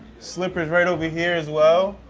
slippers right over here, as well.